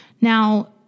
Now